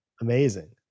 amazing